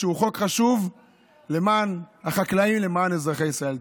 שהוא חוק חשוב למען החקלאים ולמען אזרחי ישראל.